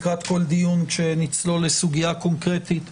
לקראת כל דיון כשנצלול לסוגיה קונקרטית,